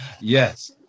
Yes